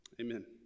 amen